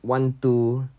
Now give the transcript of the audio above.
one two